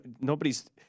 nobody's –